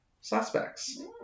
suspects